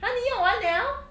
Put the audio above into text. !huh! 你用完 liao